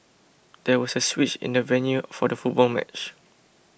there was a switch in the venue for the football match